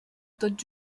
tot